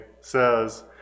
says